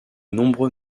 nombreux